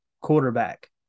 quarterback